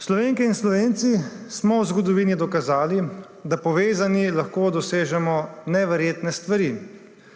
Slovenke in Slovenci smo v zgodovini dokazali, da povezani lahko dosežemo neverjetne stvari.